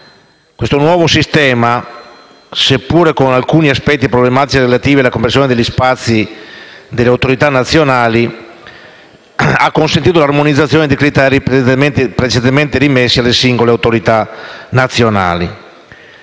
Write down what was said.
Questo nuovo sistema, seppure con alcuni aspetti problematici relativi alla compressione degli spazi delle autorità nazionali, ha consentito l'armonizzazione dei criteri precedentemente rimessi alle singole autorità nazionali.